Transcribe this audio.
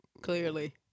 Clearly